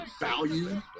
value